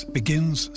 begins